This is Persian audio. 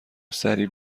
سریع